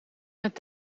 met